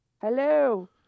Hello